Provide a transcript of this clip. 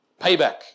payback